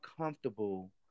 comfortable